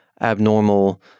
abnormal